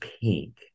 pink